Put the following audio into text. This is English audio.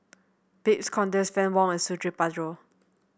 Babes Conde Fann Wong and Suradi Parjo